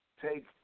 take